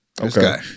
okay